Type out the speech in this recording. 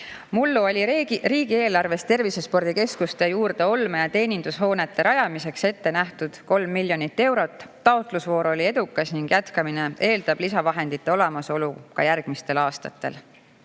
Mullu oli riigieelarves tervisespordikeskuste juurde olme‑ ja teenindushoonete rajamiseks ette nähtud 3 miljonit eurot. Taotlusvoor oli edukas ning jätkamine eeldab lisavahendite olemasolu ka järgmistel aastatel. Lisaks